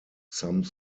some